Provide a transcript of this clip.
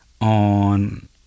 on